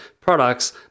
products